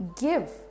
give